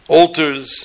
altars